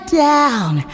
down